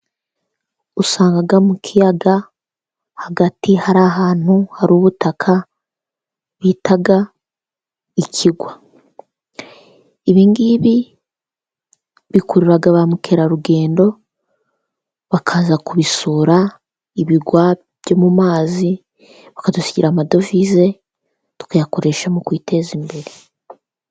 Usanga mu kiyaga hagati hari ahantu hari ubutaka bita ikirwa. Ibi ngibi bikurura ba mukerarugendo, bakaza kubisura, ibirwa byo mu mazi, bakadusigira amadovize tukayakoresha mu kwiteza imbere.